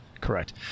Correct